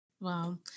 Wow